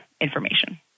information